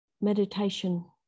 meditation